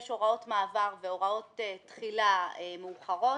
יש הוראות מעבר והוראות תחילה מאוחרות